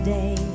Day